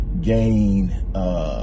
gain